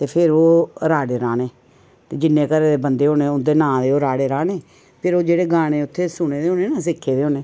ते फेर ओह् राड़े राह्ने ते जिन्ने घरे दे बंदे होने उं'दे नां दे ओह् राड़े राह्ने फरे ओह् जेह्ड़े गाने सुने दे होने ना उत्थे सिक्खे दे होने